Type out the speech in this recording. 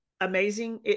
amazing